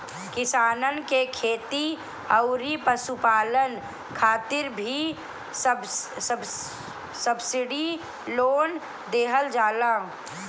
किसानन के खेती अउरी पशुपालन खातिर भी सब्सिडी लोन देहल जाला